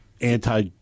anti